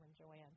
Joanne